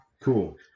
cool